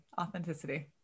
Authenticity